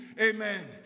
Amen